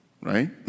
right